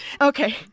Okay